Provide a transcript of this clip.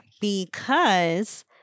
because-